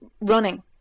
running